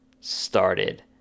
started